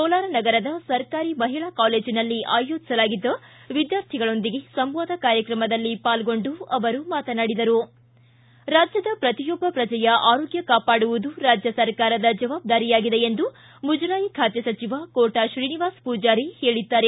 ಕೋಲಾರ ನಗರದ ಸರ್ಕಾರಿ ಮಹಿಳಾ ಕಾಲೇಜಿನಲ್ಲಿ ಆಯೋಜಿಸಲಾಗಿದ್ದ ವಿದ್ಯಾರ್ಥಿಗಳೊಂದಿಗೆ ಸಂವಾದ ಕಾರ್ಯಕ್ರಮದಲ್ಲಿ ಪಾಲ್ಗೊಂಡು ಮಾತನಾಡಿದ ಅವರು ರಾಜ್ಞದ ಪ್ರತಿಯೊಬ್ಬ ಪ್ರಜೆಯ ಆರೋಗ್ಯ ಕಾಪಾಡುವುದು ರಾಜ್ಞ ಸರಕಾರದ ಜವಾಬ್ದಾರಿಯಾಗಿದೆ ಎಂದು ಮುಜರಾಯಿ ಖಾತೆ ಸಚಿವ ಕೋಟಾ ತ್ರೀನಿವಾಸ ಪೂಜಾರಿ ಹೇಳಿದ್ದಾರೆ